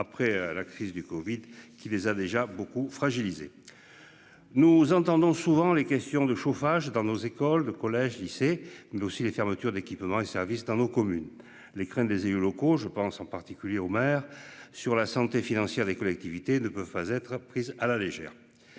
après la crise du Covid, qui les a déjà beaucoup fragilisé. Nous entendons souvent les questions de chauffage dans nos écoles, collèges, lycées, nous aussi, les fermetures d'équipements et services dans nos communes. Les craintes des élus locaux. Je pense en particulier aux maires sur la santé financière des collectivités ne peuvent pas être prise à la légère.